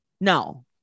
No